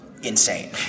insane